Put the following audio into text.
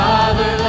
Father